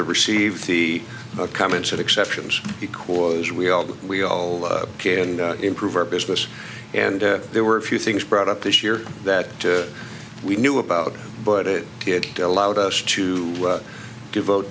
to receive the comments of exceptions because we all we all care and improve our business and there were a few things brought up this year that we knew about but it did allowed us to devote